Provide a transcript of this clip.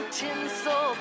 tinsel